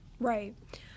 Right